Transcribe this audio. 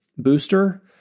Booster